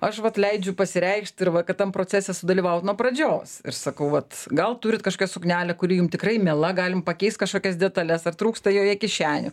aš vat leidžiu pasireikšt ir va kad tam procese sudalyvaut nuo pradžios ir sakau vat gal turit kažkokią suknelę kuri jum tikrai miela galim pakeist kažkokias detales ar trūksta joje kišenių